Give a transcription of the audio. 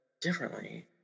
differently